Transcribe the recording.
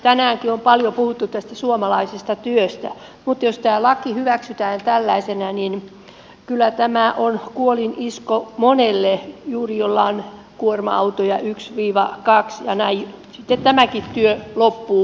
tänäänkin on paljon puhuttu tästä suomalaisesta työstä mutta jos tämä laki hyväksytään tällaisenaan niin kyllä tämä on kuolinisku monelle juuri jolla on kuorma autoja yksi tai kaksi ja sitten tämäkin työ loppuu muutamien kohdalla